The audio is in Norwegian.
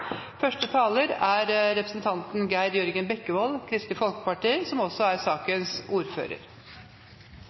Første taler er representanten Geir Sigbjørn Toskedal, som får ordet på vegne av sakens ordfører,